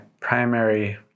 primary